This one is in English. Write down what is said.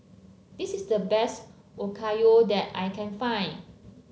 this is the best Okayu that I can find